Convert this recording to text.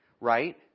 right